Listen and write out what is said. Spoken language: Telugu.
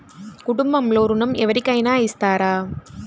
కుటుంబంలో ఋణం ఎవరికైనా ఇస్తారా?